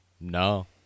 no